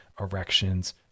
erections